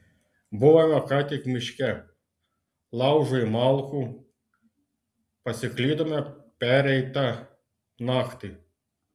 buvome ką tik miške laužui malkų pasiklydome pereitą naktį